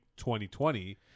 2020